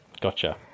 Gotcha